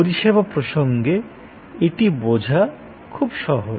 পরিষেবা প্রসঙ্গে এটি বোঝা সহজ